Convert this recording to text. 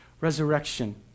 resurrection